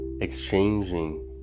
exchanging